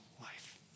life